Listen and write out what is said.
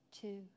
Two